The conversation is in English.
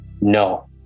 No